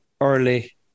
early